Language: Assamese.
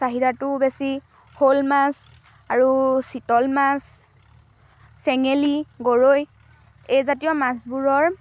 চাহিদাটো বেছি শ'ল মাছ আৰু চিতল মাছ চেঙেলী গৰৈ এই জাতীয় মাছবোৰৰ